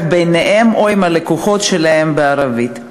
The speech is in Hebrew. ביניהם או עם הלקוחות שלהם בערבית.